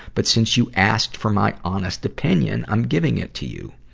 but since you asked for my honest opinion, i'm giving it to you.